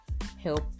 help